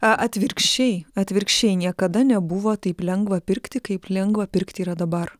a atvirkščiai atvirkščiai niekada nebuvo taip lengva pirkti kaip lengva pirkti yra dabar